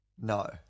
No